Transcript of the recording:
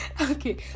Okay